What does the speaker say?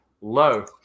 low